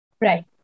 Right